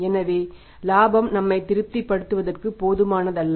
எனவே இலாபம் நம்மை திருப்திபடுத்துவதற்கு போதுமானதல்ல